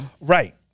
Right